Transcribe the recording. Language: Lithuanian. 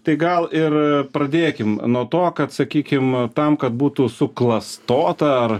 tai gal ir pradėkim nuo to kad sakykim tam kad būtų suklastota ar